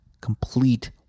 Complete